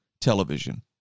television